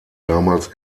damals